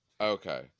Okay